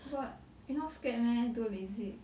but you not scared meh do lasik